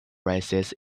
rises